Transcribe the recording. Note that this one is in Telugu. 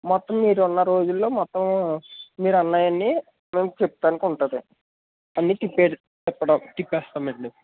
మొత్తం మీరు ఉన్న రోజుల్లో మొత్తం మీరు అన్నవి అన్నీ మేము తిప్పడానికి ఉంటుంది అన్నీ తిప్పేసి తిప్పడం తిప్పేస్తామండి మేము మీకు